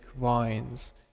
vines